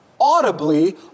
audibly